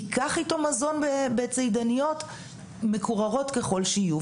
ייקח איתו מזון בצידניות מקוררות ככל שיהיו,